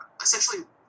essentially